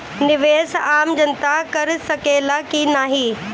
निवेस आम जनता कर सकेला की नाहीं?